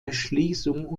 erschließung